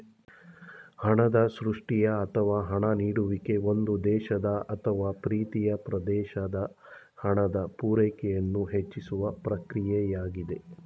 ಹಣದ ಸೃಷ್ಟಿಯ ಅಥವಾ ಹಣ ನೀಡುವಿಕೆ ಒಂದು ದೇಶದ ಅಥವಾ ಪ್ರೀತಿಯ ಪ್ರದೇಶದ ಹಣದ ಪೂರೈಕೆಯನ್ನು ಹೆಚ್ಚಿಸುವ ಪ್ರಕ್ರಿಯೆಯಾಗಿದೆ